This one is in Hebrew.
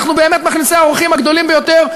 אנחנו באמת מכניסי האורחים הגדולים ביותר,